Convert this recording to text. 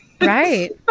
Right